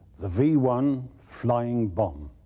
the v one flying bomb.